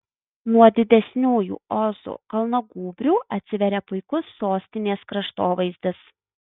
nuo didesniųjų ozo kalnagūbrių atsiveria puikus sostinės kraštovaizdis